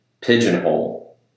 pigeonhole